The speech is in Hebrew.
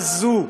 מה זו,